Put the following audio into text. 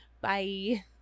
Bye